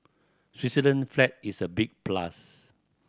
Switzerland flag is a big plus